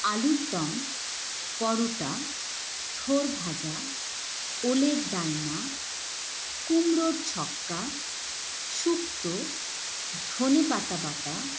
আলুর দম পরোটা থোড় ভাজা ওলের ডাল্না কুমড়োর ছক্কা শুক্তো ধনে পাতা বাঁটা